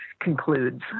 concludes